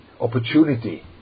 opportunity